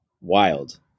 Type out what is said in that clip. wild